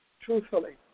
truthfully